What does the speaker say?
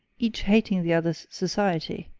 each hating the other's society,